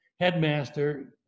Headmaster